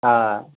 آ